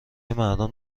مردم